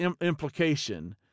implication